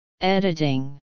editing